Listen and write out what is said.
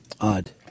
Odd